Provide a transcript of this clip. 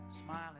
smiling